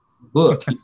book